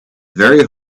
very